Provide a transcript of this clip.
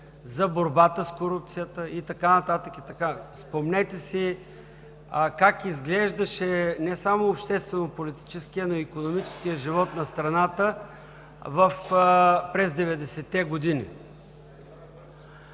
за борбата с корупцията и така нататък. Спомнете си как изглеждаше не само обществено-политическия, но и икономическия живот на страната през 90-те години.